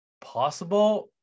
possible